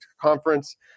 Conference